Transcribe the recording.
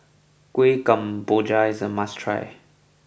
Kueh Kemboja is a must try